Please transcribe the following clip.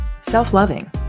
self-loving